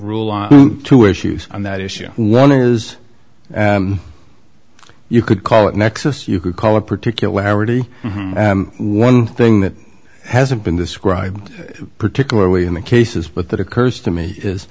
rule on two issues on that issue one is you could call it nexus you could call it particularity one thing that hasn't been described particularly in the cases but that occurs to me is